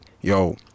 yo